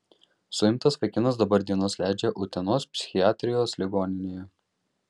suimtas vaikinas dabar dienas leidžia utenos psichiatrijos ligoninėje